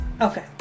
Okay